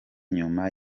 nyuma